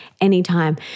anytime